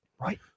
Right